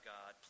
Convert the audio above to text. God